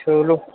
ਚਲੋ